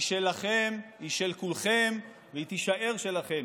היא שלכם, היא של כולכם, והיא תישאר שלכם.